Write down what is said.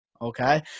okay